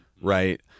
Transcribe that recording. right